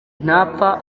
ntapfa